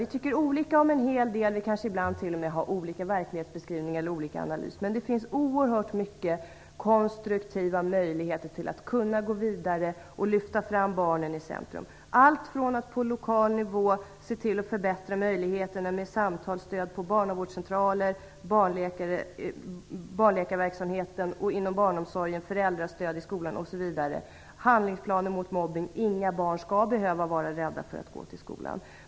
Vi tycker olika om en hel del, och vi kanske t.o.m. ibland har olika verklighetsbeskrivning eller olika analys. Men det finns oerhört många konstruktiva möjligheter att kunna gå vidare och lyfta fram barnen i centrum. Det kan vara allt från att på lokal nivå förbättra möjligheterna med samtalsstöd på barnavårdscentraler, i barnläkarverksamheten och i barnomsorgen till föräldrastöd i skolan osv. Det kan vara handlingsplaner mot mobbning. Inga barn skall behöva vara rädda för att gå till skolan.